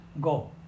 Go